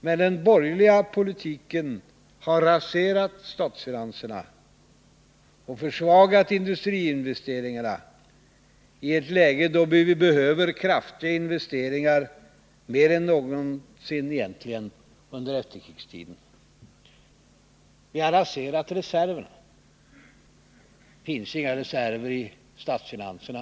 Men den borgerliga politiken har raserat statsfinanserna och försvagat industriinvesteringarna i ett läge då vi behöver kraftiga investeringar mer än egentligen någon gång under efterkrigstiden. Ni har raserat reserverna. Det finns inga reserver i statsfinanserna.